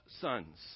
sons